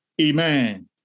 Amen